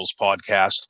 podcast